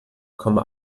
komma